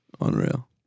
unreal